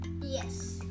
Yes